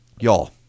Y'all